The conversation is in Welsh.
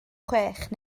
chwech